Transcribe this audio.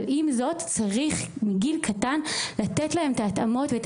אבל עם זאת צריך מגיל קטן לתת להם את התאמות ואת